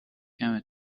کمه